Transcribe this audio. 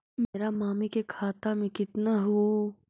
मेरा मामी के खाता में कितना हूउ?